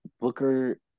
Booker